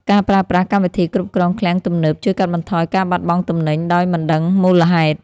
ការប្រើប្រាស់កម្មវិធីគ្រប់គ្រងឃ្លាំងទំនើបជួយកាត់បន្ថយការបាត់បង់ទំនិញដោយមិនដឹងមូលហេតុ។